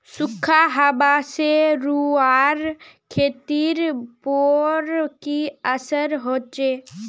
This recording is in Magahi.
सुखखा हाबा से रूआँर खेतीर पोर की असर होचए?